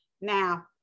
Now